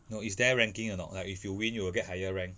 no is there ranking or not like if you win you will get higher rank